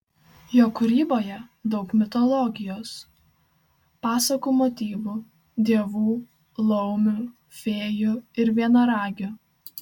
jo kūryboje daug mitologijos pasakų motyvų dievų laumių fėjų ir vienaragių